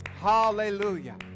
Hallelujah